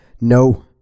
no